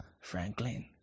Franklin